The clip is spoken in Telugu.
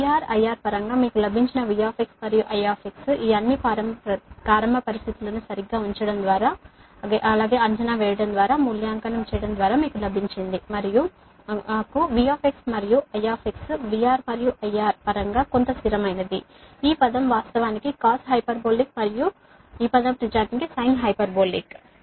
అంటే VR IR పరంగా మీకు లభించిన V మరియు I ఈ అన్ని ప్రారంభ పరిస్థితులను సరిగ్గా ఉంచడం ద్వారా అంచనా వేయడం ద్వారా మూల్యాంకనం చేయడం ద్వారా మీకు లభించింది మరియు మాకు V మరియు I VR మరియు IR పరంగా కొంత స్థిరమైనది ఈ పదం వాస్తవానికి cos హైపర్బోలిక్ మరియు ఈ పదం నిజానికి sin హైపర్బోలిక్